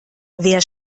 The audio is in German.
wer